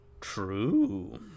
True